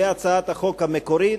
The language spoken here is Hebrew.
להצעת החוק המקורית.